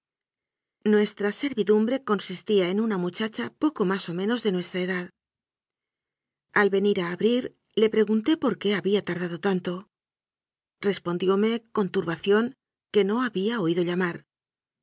nuestra servidumbre consistía en una muchacha poco más o menos de nuestra edad al venir a abrir le pre gunté por qué había tardado tanto respondióme con turbación que no había oído llamar